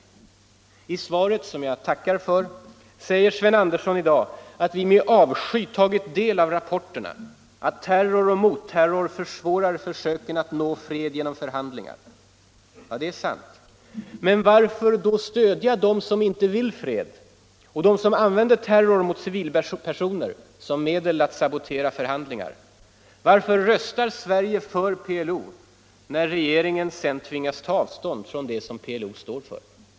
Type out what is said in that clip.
I svaret, som jag tackar för, säger Sven Andersson i dag att vi med ”avsky” tagit del av rapporterna, att terror och motterror försvårar försöken att nå fred genom förhandlingar. Det är sant. Men varför då stödja dem som inte vill ha fred, som använder terror mot civilpersoner som medel att sabotera förhandlingar? Varför röstar Sverige för PLO när regeringen sedan tvingas ta avstånd från det som PLO står för?